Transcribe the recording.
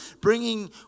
bringing